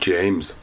James